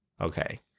Okay